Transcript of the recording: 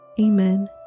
Amen